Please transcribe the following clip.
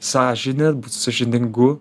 sąžine būt sąžiningu